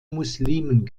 muslimen